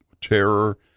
terror